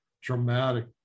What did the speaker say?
Dramatic